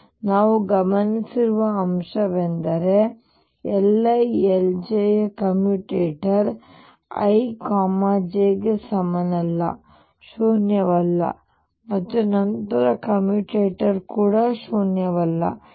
ಆದ್ದರಿಂದ ನಾವು ಗಮನಿಸುವ ಅಂಶವೆಂದರೆ Li Lj ಯ ಕಮ್ಯುಟೇಟರ್ ij ಗೆ ಸಮನಲ್ಲ ಶೂನ್ಯವಲ್ಲ ಮತ್ತು ನಂತರ ಕಮ್ಯುಟೇಟರ್ ಶೂನ್ಯವಲ್ಲ